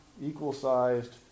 equal-sized